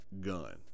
gun